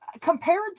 compared